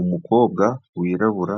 Umukobwa wirabura